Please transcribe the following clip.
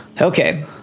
Okay